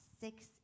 six